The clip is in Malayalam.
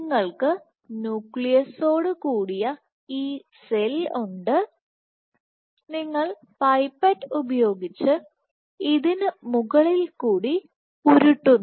നിങ്ങൾക്ക് ന്യൂക്ലിയസ്സോടു കൂടിയ ഈ സെൽ ഉണ്ട് നിങ്ങൾ പൈപ്പറ്റ്ഉപയോഗിച്ച് ഇതിൽ മുകളിൽ കൂടി ഉരുട്ടുന്നു